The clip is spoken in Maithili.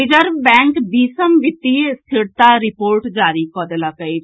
रिजर्व बैंक बीसम वित्तीय स्थिरता रिपोर्ट जारी कऽ देलक अछि